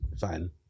fine